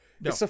No